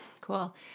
Cool